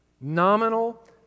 Nominal